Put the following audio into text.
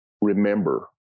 remember